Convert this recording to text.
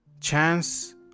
Chance